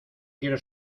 quiero